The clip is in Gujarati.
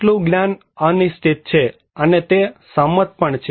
કેટલું જ્ઞાન અનિશ્ચિત છે અને તે સંમત પણ છે